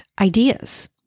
ideas